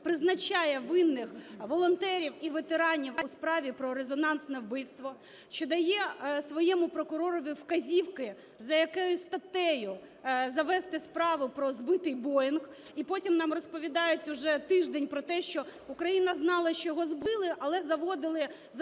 призначає винних волонтерів і ветеранів у справі про резонансне вбивство, що дає своєму прокуророві вказівки, за якою статтею завести справу про збитий "боїнг", і потім нам розповідають уже тиждень про те, що Україна знала, що його збили, але заводили за